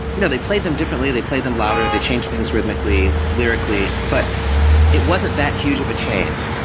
you know they played them differently. they played them louder. they changed things rhythmically, lyrically, but it wasn't that huge of a change.